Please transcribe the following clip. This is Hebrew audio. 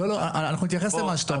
אנחנו נתייחס למה שאתה אומר,